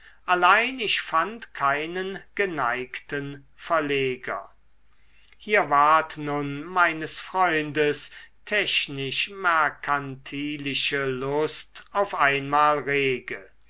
allein ich fand keinen geneigten verleger hier ward nun meines freundes technisch merkantilische lust auf einmal rege